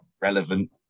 relevant